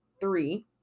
three